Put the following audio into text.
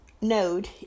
node